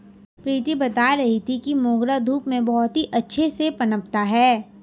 प्रीति बता रही थी कि मोगरा धूप में बहुत ही अच्छे से पनपता है